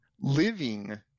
living